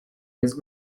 jest